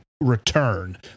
return